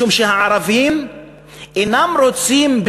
משום שהערבים אינם רוצים,